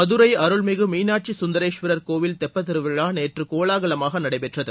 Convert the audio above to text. மதுரை அருள்மிகு மீனாட்சி குந்தரேஸ்வரர் கோவில் தெப்பத் திருவிழா நேற்று கோலாகலமாக நடைபெற்றது